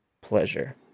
pleasure